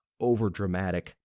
overdramatic